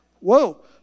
Whoa